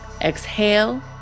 Exhale